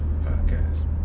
Podcast